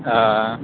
हां